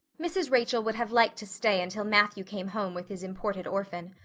mrs. rachel would have liked to stay until matthew came home with his imported orphan.